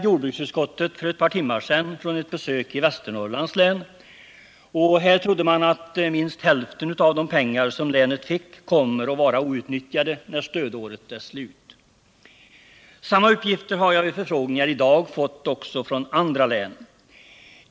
Jordbruksutskottet återvände för ett par timmar sedan från ett besök i Västernorrlands län. Här trodde man att minst hälften av de pengar länet fick kommer att vara outnyttjade när stödåret är slut. Samma uppgifter har jag vid förfrågningar i dag fått också från andra län.